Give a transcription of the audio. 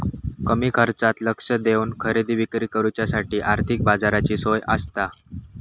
कमी खर्चात लक्ष देवन खरेदी विक्री करुच्यासाठी आर्थिक बाजाराची सोय आसता